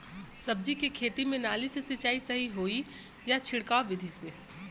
सब्जी के खेती में नाली से सिचाई सही होई या छिड़काव बिधि से?